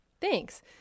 Thanks